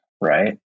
right